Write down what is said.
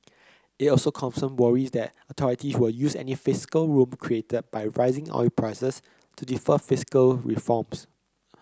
it also confirms worries that authorities will use any fiscal room created by rising oil prices to defer fiscal reforms